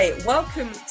Welcome